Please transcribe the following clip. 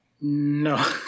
No